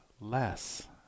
less